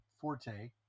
forte